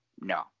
no